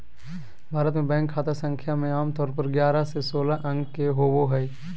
भारत मे बैंक खाता संख्या मे आमतौर पर ग्यारह से सोलह अंक के होबो हय